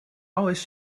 oes